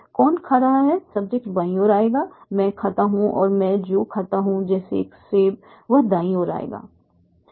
कौन खा रहा है सब्जेक्ट बाईं ओर आएगा मैं खाता हूं और मैं जो खाता हूं जैसे एक सेब वह दाईं ओर आएगा